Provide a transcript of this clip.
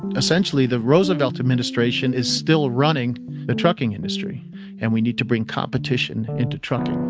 essentially the roosevelt administration is still running the trucking industry and we need to bring competition into trucking.